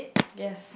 yes